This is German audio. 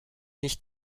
nicht